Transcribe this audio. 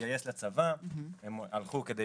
להתגייס לצבא, הם הלכו כדי